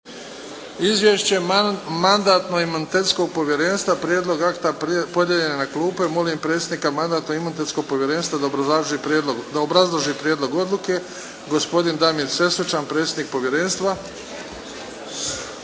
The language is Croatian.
Izvješće Mandatno-imunitetskog povjerenstva. Prijedlog akta podijeljen je na klupe. Molim predsjednika Mandatno-imunitetnog povjerenstva da obrazloži prijedlog odluke. Gospodin Damir Sesvečan, predsjednik povjerenstva.